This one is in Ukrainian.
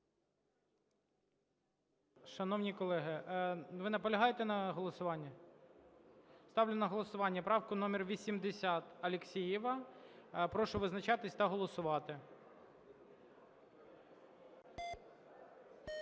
Шановні колеги, ви наполягаєте на голосуванні? Ставлю на голосування правку номер 80, Алєксєєва. Прошу визначатись та голосувати.